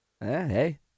hey